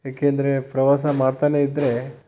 ಏಕೆ ಅಂದರೆ ಪ್ರವಾಸ ಮಾಡ್ತಾನೇ ಇದ್ದರೆ